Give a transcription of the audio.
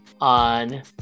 on